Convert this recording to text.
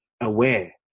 aware